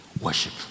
worship